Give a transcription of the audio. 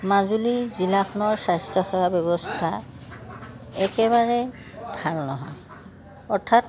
মাজুলী জিলাখনৰ স্বাস্থ্যসেৱা ব্যৱস্থা একেবাৰে ভাল নহয় অৰ্থাৎ